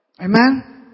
Amen